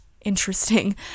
interesting